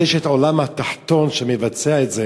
יש את העולם התחתון שמבצע את זה.